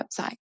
website